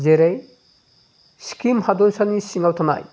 जेरै सिक्किम हादरसानि सिङाव थानाय